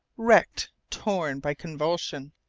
wrecked, torn by convulsion.